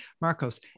Marcos